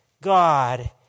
God